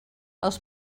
els